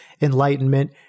enlightenment